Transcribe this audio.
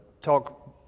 talk